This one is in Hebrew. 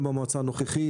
גם המועצה הנוכחית,